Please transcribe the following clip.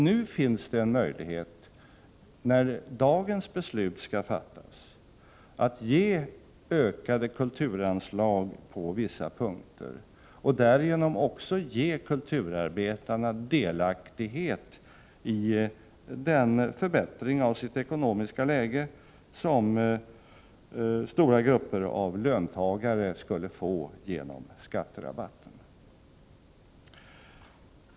När dagens beslut skall fattas finns emellertid en möjlighet att ge ökade kulturanslag på vissa punkter och att därigenom också ge kulturarbetarna delaktighet i den förbättring av det ekonomiska läget som stora grupper av löntagare skulle få genom skatterabatten.